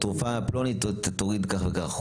תרופה פלונית תוריד כך וכך.